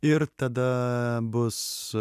ir tada bus